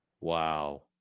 wow